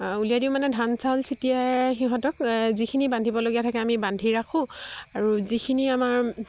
উলিয়াই দিওঁ মানে ধান চাউল ছটিয়াই সিহঁতক যিখিনি বান্ধিবলগীয়া থাকে আমি বান্ধি ৰাখোঁ আৰু যিখিনি আমাৰ